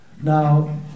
Now